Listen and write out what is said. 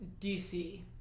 DC